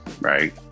right